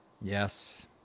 Yes